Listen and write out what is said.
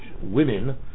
women